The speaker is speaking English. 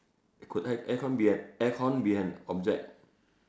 could a~ aircon be an aircon be an object